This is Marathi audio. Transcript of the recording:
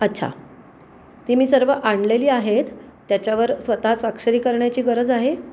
अच्छा ती मी सर्व आणलेली आहेत त्याच्यावर स्वतः साक्षरी करण्याची गरज आहे